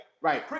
Right